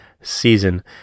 season